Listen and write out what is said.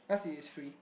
plus it's free